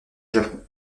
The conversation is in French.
japon